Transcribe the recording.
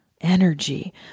Energy